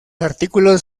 artículos